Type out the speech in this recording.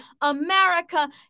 America